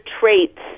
traits